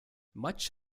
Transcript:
much